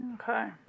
Okay